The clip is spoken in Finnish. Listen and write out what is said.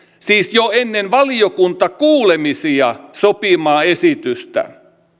siis jo ennen valiokuntakuulemisia sopimaa esitystä